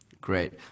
Great